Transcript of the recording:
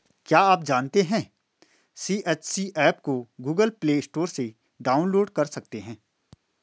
क्या आप जानते है सी.एच.सी एप को गूगल प्ले स्टोर से डाउनलोड कर सकते है?